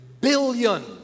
billion